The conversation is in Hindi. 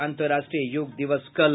और अंतर्राष्ट्रीय योग दिवस कल